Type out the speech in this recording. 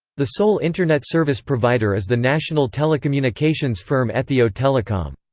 the sole internet service provider is the national telecommunications firm ethio telecom.